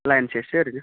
लाइनसेसो ओरैनो